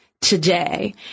today